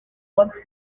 once